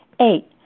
Eight